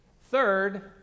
third